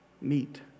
meet